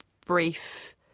brief